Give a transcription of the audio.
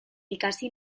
ikasi